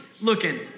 looking